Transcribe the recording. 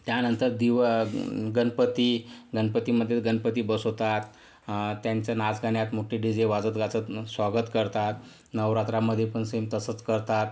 त्यानंतर दिव गनपती गणपतीमध्ये गणपती बसवतात त्यांचं नाचगाण्यात मोठ्ठे डी जे वाजतगाजत स्वागत करतात नवरात्रामध्ये पण सेम तसंच करतात